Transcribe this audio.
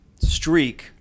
streak